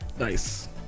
Nice